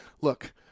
Look